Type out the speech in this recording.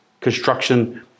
construction